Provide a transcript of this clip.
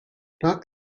not